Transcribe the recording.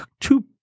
two